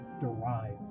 derive